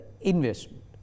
investment